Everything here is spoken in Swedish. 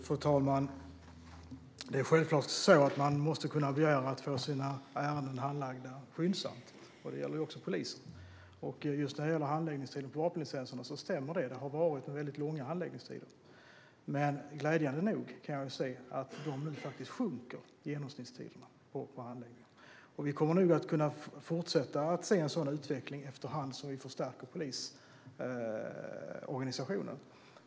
Fru talman! Man måste självklart kunna begära att få sina ärenden handlagda skyndsamt. Det gäller även hos polisen. När det handlar om just handläggningstiden för vapenlicenser stämmer det som anfördes. Det har förekommit väldigt långa handläggningstider. Glädjande nog kan jag se att genomsnittstiderna för handläggningen nu faktiskt sjunker. Vi kommer nog att fortsätta kunna se en sådan utveckling efter hand som vi förstärker polisorganisationen.